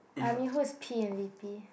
I mean who's P and V_P